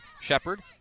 Shepard